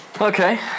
Okay